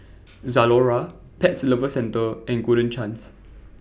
Zalora Pet Lovers Centre and Golden Chance